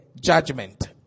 judgment